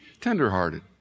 tenderhearted